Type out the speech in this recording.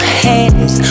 hands